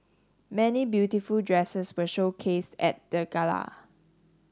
many beautiful dresses were showcased at the gala